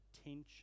attention